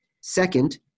Second